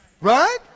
Right